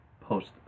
post